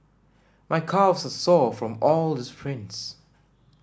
my calves are sore from all the sprints